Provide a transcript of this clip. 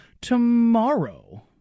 tomorrow